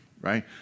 right